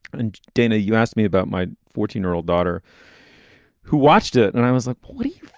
and dana, you asked me about my fourteen year old daughter who watched it. and i was like, please,